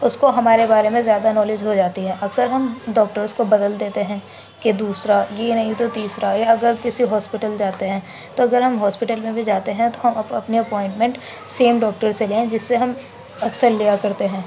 اس کو ہمارے بارے میں زیادہ نالج ہو جاتی ہے اکثر ہم ڈاکٹرس کو بدل دیتے ہیں کہ دوسرا یہ نہیں تو تیسرا یا اگر کسی ہاسپٹل جاتے ہیں تو اگر ہم ہاسپٹل میں بھی جاتے ہیں تو ہم اپنے اپائنٹمنٹ سیم ڈاکٹر سے لیں جس سے ہم اکثر لیا کرتے ہیں